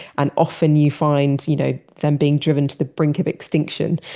and often you find you know them being driven to the brink of extinction,